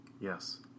Yes